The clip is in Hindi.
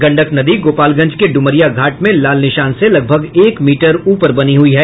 गंडक नदी गोपालगंज के ड्मरिया घाट में लाल निशान से लगभग एक मीटर ऊपर बनी हुई है